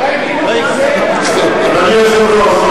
אדוני היושב-ראש,